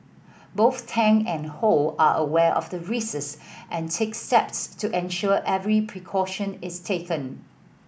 both Tang and Ho are aware of the risks and take steps to ensure every precaution is taken